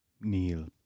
Neil